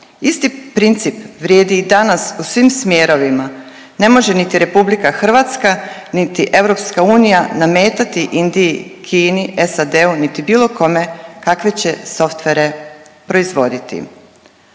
Isti princip vrijedi i danas u svim smjerovima. Ne može niti RH niti EU nametati Indiji, Kini, SAD-u niti bilo kome kakve će softvere proizvoditi.